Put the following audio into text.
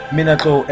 Minato